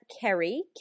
kerry